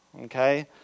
Okay